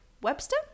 Webster